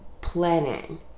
planning